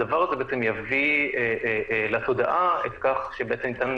הדבר הזה יביא לתודעה את זה שבעצם ניתן